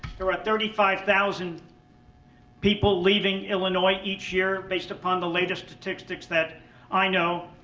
there are thirty five thousand people leaving illinois each year based upon the latest statistics that i know.